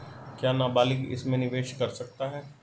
क्या नाबालिग इसमें निवेश कर सकता है?